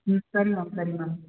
ம் சரிங்க மேம் சரிங்க மேம்